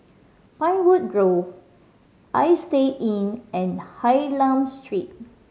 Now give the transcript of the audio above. Pinewood Grove Istay Inn and Hylam Street